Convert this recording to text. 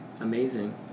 amazing